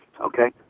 Okay